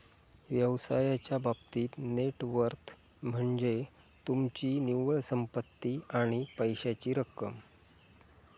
व्यवसायाच्या बाबतीत net worth म्हनज्ये तुमची निव्वळ संपत्ती आणि पैशाची रक्कम